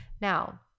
Now